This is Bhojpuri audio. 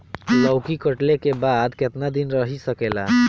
लौकी कटले के बाद केतना दिन रही सकेला?